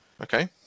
Okay